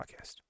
Podcast